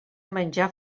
menjar